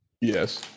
Yes